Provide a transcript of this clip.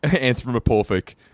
anthropomorphic